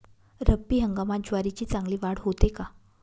रब्बी हंगामात ज्वारीची चांगली वाढ होते का?